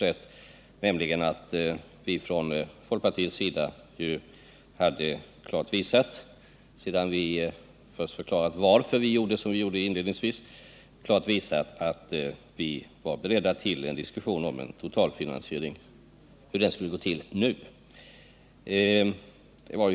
Han sade nämligen att vi från folkpartiet, sedan vi först förklarat varför vi gjorde som vi gjorde inledningsvis, klart visat att vi är beredda till en diskussion om hur en totalfinansiering skall gå till nu.